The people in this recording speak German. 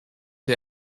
der